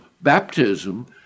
baptism